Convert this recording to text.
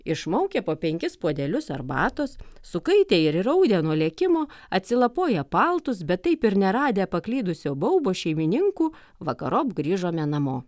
išmaukę po penkis puodelius arbatos sukaitę ir įraudę nuo lėkimo atsilapoję paltus bet taip ir neradę paklydusio baubo šeimininkų vakarop grįžome namo